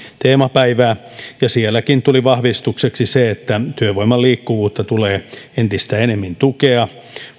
teemapäivää ja sielläkin tuli vahvistukseksi se että työvoiman liikkuvuutta tulee entistä enemmän tukea